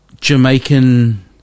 Jamaican